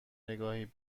نگاهی